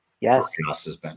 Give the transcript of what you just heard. Yes